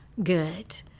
Good